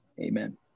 amen